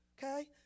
Okay